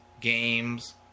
games